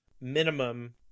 minimum